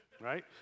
right